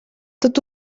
tot